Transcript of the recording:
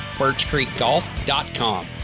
birchcreekgolf.com